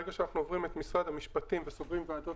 ברגע שאנחנו עוברים את משרד המשפטים וסוגרים ועדות